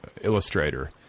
illustrator